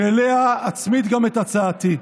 ואליה אצמיד גם את הצעתי.